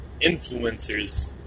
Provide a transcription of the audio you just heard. influencers